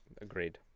Agreed